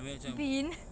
habis I macam